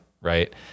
right